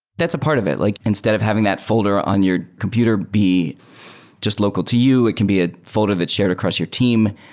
that's a part of it. like instead of having that folder on your computer be just local to you, it can be a folder that's shared across your team,